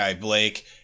Blake